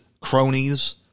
cronies